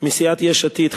מסיעת יש עתיד,